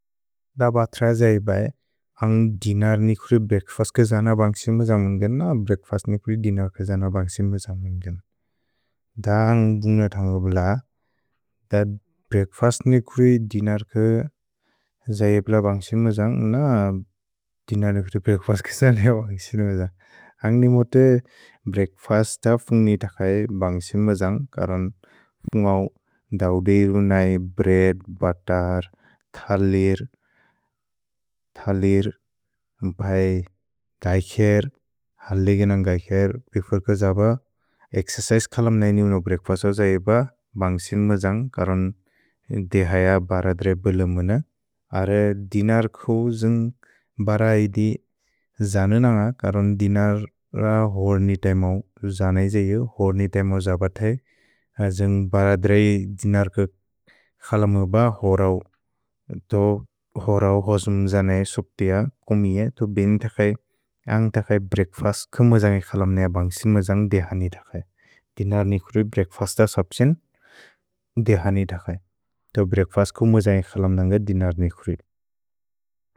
द बत्र जैब् बए, अन्ग् दिनर्निकुरि ब्रेक्फस् के जन बन्ग्सिन् म जन्ग् मेन्गेन्, न ब्रेक्फस् निकुरि दिनर्क जन बन्ग्सिन् म जन्ग् मेन्गेन्। द अन्ग् बुन्ग थन्ग ब्ल, द ब्रेक्फस् निकुरि दिनर्क जैब्ल बन्ग्सिन् म जन्ग्, न दिनर्निकुरि ब्रेक्फस् के जने बन्ग्सिन् म जन्ग्। अन्ग् निमोते ब्रेक्फस् त फुन्ग् नि तखै बन्ग्सिन् म जन्ग्, करन् फुन्ग् औ दौदे इउ न इउ ब्रेद्, बतर्, थलिर्, थलिर्, बए, दैखेर्, हलिगेनन्ग् दैखेर्। भेफोर् क जब एक्सेसैस् खलम् न इउ नौ ब्रेक्फस् औ जैब, बन्ग्सिन् म जन्ग्, करन् देहय बरद्रे बेलेम् मुन। अरे दिनर्कु जन्ग् बरै दि जनु नन्ग, करन् दिनर होर् नि तैमौ, जन इउ, होर् नि तैमौ जबते, जन्ग् बरद्रे दिनर्क खलमु ब होरौ। तो होरौ होजुम् जन इउ सुब्तेअ, कुमि ए, तो बेने तखै, अन्ग् तखै ब्रेक्फस् के म जन्ग् इउ खलम् न बन्ग्सिन् म जन्ग् देहनि तखै। दिनर्निकुरु ब्रेक्फस् त सुब्छेन् देहनि तखै। तो ब्रेक्फस् के म जन्ग् इउ खलम् नन्ग दिनर्निकुरु।